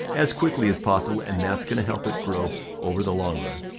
as quickly as possible, and that's gonna help it grow over the long run.